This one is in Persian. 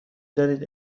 دانید